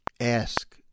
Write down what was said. Ask